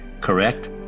correct